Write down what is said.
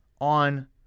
on